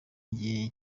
igihe